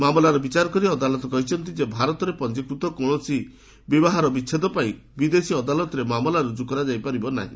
ମାମଲାର ବିଚାର କରି ଅଦାଲତ କହିଛନ୍ତି ଯେ ଭାରତରେ ପଞ୍ଜିକୃତ କୌଣସି ବିବାହର ବିଚ୍ଛେଦ ପାଇଁ ବିଦେଶୀ ଅଦାଲତରେ ମାମଲା ରୁଜ୍କୁ ହୋଇପାରିବ ନାହି